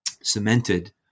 cemented